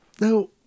Now